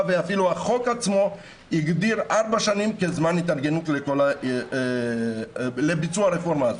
ואפילו החוק עצמו הגדיר ארבע שנים כזמן התארגנות לביצוע הרפורמה הזאת.